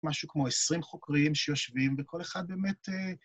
משהו כמו עשרים חוקרים שיושבים, וכל אחד באמת...